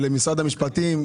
ולמשרד המשפטים,